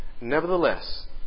Nevertheless